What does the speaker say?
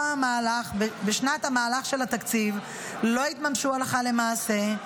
בשנת המהלך של התקציב לא התממשו הלכה למעשה,